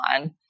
on